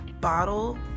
bottle